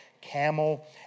camel